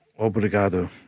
Obrigado